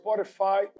Spotify